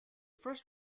first